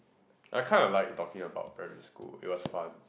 I kind of like talking about primary school it was fun